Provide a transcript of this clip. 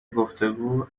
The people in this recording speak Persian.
گفتگو